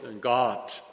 God